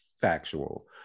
factual